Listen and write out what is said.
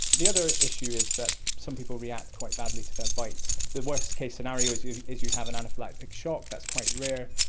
the other issue is that some people react quite badly to their bites. the worst case scenario is you is you have an anaphylactic shock, that's quite rare,